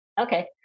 Okay